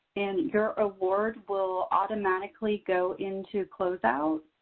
and your award will automatically go into closeout,